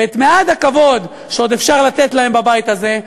ואת מעט הכבוד שעוד אפשר לתת להם בבית הזה,